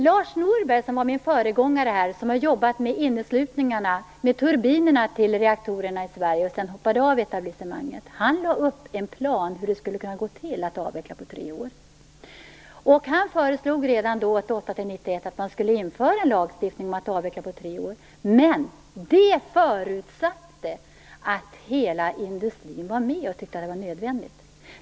Lars Norberg, som var min föregångare här, jobbade med inneslutningarna och turbinerna till reaktorerna i Sverige och hoppade sedan av etablissemanget. Han lade upp en plan för hur det skulle kunna gå till att avveckla på tre år. Han föreslog redan då, mandatperioden 1988-1991, att man skulle införa en lagstiftning om att avveckla på tre år. Men det förutsatte att hela industrin var med och tyckte att det var nödvändigt.